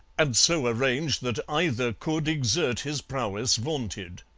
and so arrange that either could exert his prowess vaunted.